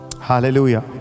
hallelujah